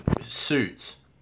suits